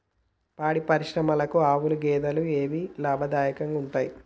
పాడి పరిశ్రమకు ఆవుల, గేదెల ఏవి లాభదాయకంగా ఉంటయ్?